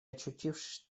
очутившись